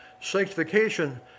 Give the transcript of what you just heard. Sanctification